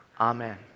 Amen